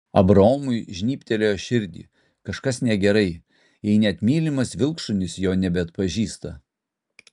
abraomui žnybtelėjo širdį kažkas negerai jei net mylimas vilkšunis jo nebeatpažįsta